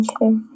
Okay